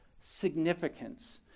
significance